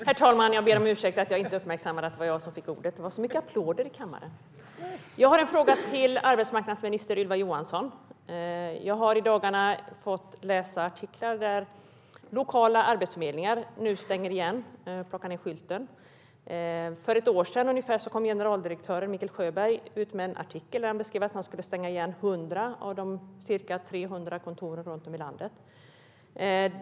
Herr talman! Jag har en fråga till arbetsmarknadsminister Ylva Johansson. Jag har i dagarna läst artiklar om lokala arbetsförmedlingar som nu stänger sina kontor och tar ned skylten. För ungefär ett år sedan publicerade generaldirektör Mikael Sjöberg en artikel där han skrev att han skulle stänga igen 100 av ca 300 kontor runt om i landet.